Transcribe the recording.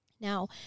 Now